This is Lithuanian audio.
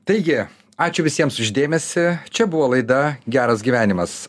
taigi ačiū visiems už dėmesį čia buvo laida geras gyvenimas